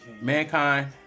Mankind